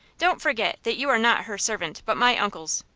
don't forget that you are not her servant, but my uncle's.